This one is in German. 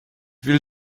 will